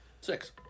Six